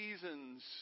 seasons